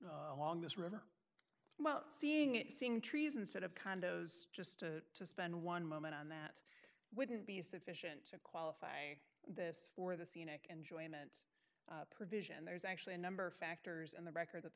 this river well seeing it seeing trees instead of condos just to spend one moment on that wouldn't be sufficient to qualify this for the scenic enjoyment provision there's actually a number of factors in the record that the